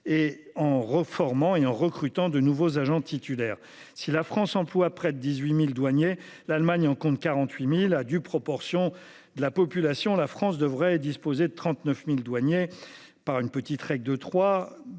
et en réformant et en recrutant de nouveaux agents titulaires. Si la France emploie près de 18.000 douaniers l'Allemagne en compte 48.000 à due proportion de la population. La France devrait disposer de 39.000 douaniers par une petite règle de 3